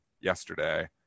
yesterday